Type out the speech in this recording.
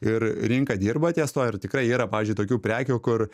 ir rinka dirba ties tuo ir tikrai yra pavyzdžiui tokių prekių kur